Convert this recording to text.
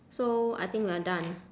so I think we are done